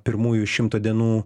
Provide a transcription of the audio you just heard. pirmųjų šimto dienų